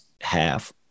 half